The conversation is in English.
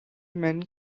men